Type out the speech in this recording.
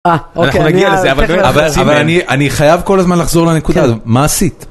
אבל אני אני חייב כל הזמן לחזור לנקודה הזו, מה עשית.